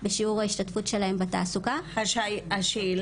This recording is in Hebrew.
בשיעור ההשתתפות שלהן בתעסוקה- -- השאלה